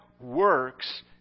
works